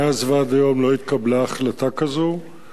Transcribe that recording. מאז ועד היום לא התקבלה החלטה כזאת,